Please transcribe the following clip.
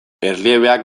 erliebeak